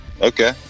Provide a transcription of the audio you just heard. okay